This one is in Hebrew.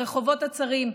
ברחובות הצרים,